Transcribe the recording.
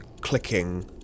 clicking